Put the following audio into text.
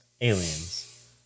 Aliens